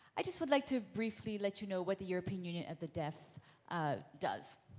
i just would like to briefly let you know what the european union of the deaf ah does.